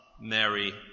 Mary